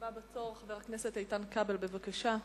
הבא בתור, חבר הכנסת איתן כבל, בבקשה.